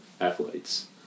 athletes